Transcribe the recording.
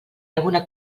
alguna